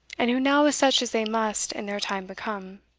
and who now is such as they must in their time become.